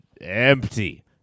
empty